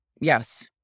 yes